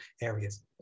areas